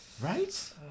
Right